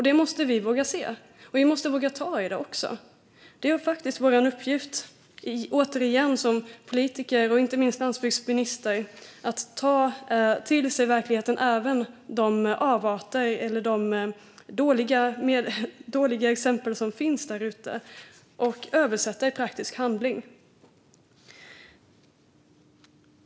Detta måste vi våga se och också ta i. En uppgift för oss som politiker, och inte minst för landsbygdsministern, är faktiskt att ta till oss verkligheten - även de avarter eller dåliga exempel som finns där ute - och omsätta våra insikter i praktisk handling.